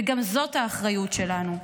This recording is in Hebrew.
גם זאת האחריות שלנו.